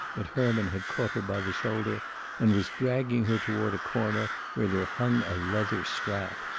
but herman had caught her by the shoulder and was dragging her toward a corner, where there hung a leather strap.